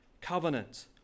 covenant